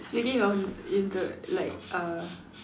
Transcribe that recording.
speaking of Indra like uh